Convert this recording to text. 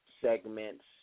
segments